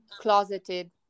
closeted